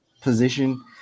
position